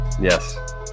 Yes